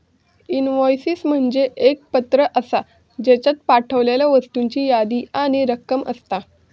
invoices म्हणजे एक पत्र आसा, ज्येच्यात पाठवलेल्या वस्तूंची यादी आणि रक्कम असता